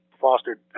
fostered